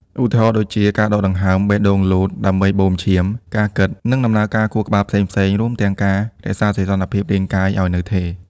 ឧទាហរណ៍ដូចជា ការដកដង្ហើម បេះដូងលោត ដើម្បីបូមឈាម ការគិត និងដំណើរការខួរក្បាលផ្សេងៗ រួមទាំងការ រក្សាសីតុណ្ហភាពរាងកាយ ឱ្យនៅថេរ។